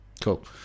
Cool